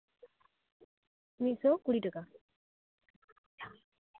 ᱢᱤᱫ ᱥᱚ ᱠᱩᱲᱤ ᱴᱟᱠᱟ